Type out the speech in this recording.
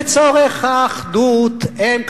לצורך האחדות הם,